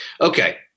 Okay